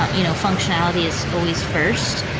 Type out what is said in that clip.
ah you know functionality is always first,